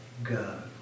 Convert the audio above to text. God